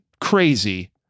crazy